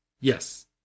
Yes